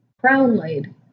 crown-laid